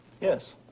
Yes